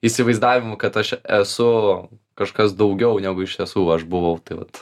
įsivaizdavimų kad aš esu kažkas daugiau negu iš tiesų aš buvau tai vat